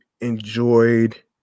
enjoyed